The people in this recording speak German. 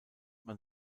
man